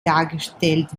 dargestellt